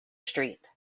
street